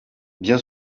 bien